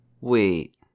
Wait